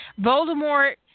Voldemort